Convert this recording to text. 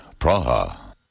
Praha